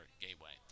Gateway